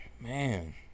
Man